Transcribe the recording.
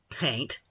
paint